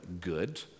good